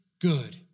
good